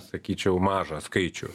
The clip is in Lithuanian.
sakyčiau mažą skaičių